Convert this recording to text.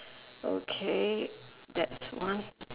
okay that's one